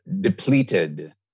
depleted